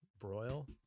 broil